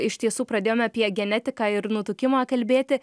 iš tiesų pradėjome apie genetiką ir nutukimą kalbėti